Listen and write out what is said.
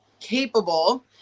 capable